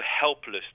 helpless